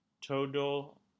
Total